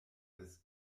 des